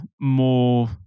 more